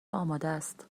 آمادست